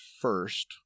first